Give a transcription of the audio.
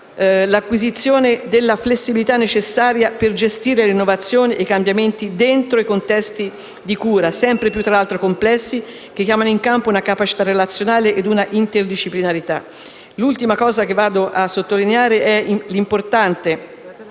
l'acquisizione della flessibilità necessaria per gestire l'innovazione e i cambiamenti dentro contesti di cura sempre più complessi, che chiamano in campo una capacità relazionale e un'interdisciplinarietà. Ultimo aspetto che vado a sottolineare è l'importante